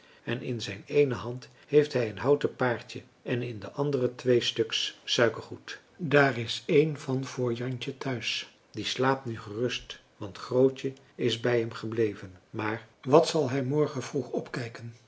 en in zijn eene hand heeft hij een houten paardje en in de andere twee stuks suikergoed daar is één van voor jantje thuis die slaapt nu gerust want grootje is bij hem gebleven maar wat zal hij morgenvroeg opkijken